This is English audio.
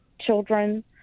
children